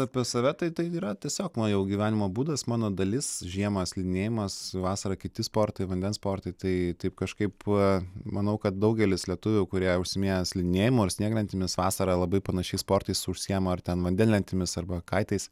apie save tai yra tiesiog man jau gyvenimo būdas mano dalis žiemą slidinėjimas vasarą kiti sportai vandens sportui tai taip kažkaip manau kad daugelis lietuvių kurie užsiiminėja slidinėjimu ar snieglentėmis vasarą labai panašiais sportais užsiima ar ten vandenlentėmis arba kaitais